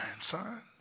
son